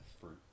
fruit